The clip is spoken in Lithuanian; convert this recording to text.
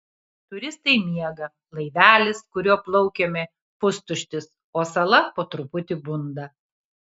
turistai miega laivelis kuriuo plaukėme pustuštis o sala po truputį bunda